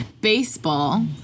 baseball